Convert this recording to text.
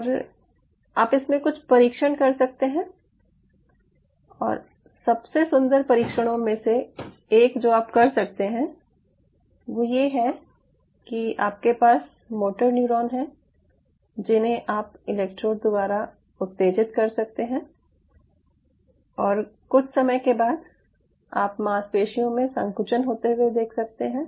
और आप इसमें कुछ परीक्षण कर सकते हैं और सबसे सुंदर परीक्षणों में से एक जो आप कर सकते हैं वो ये है कि आपके पास मोटर न्यूरॉन हैं जिन्हे आप इलेक्ट्रोड द्वारा उत्तेजित कर सकते हैं और कुछ समय के बाद आप मांसपेशियों में संकुचन होते हुए देख सकते हैं